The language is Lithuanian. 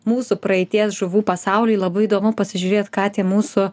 mūsų praeities žuvų pasaulį labai įdomu pasižiūrėt ką tie mūsų